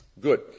Good